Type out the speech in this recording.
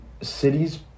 Cities